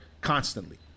constantly